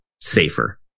safer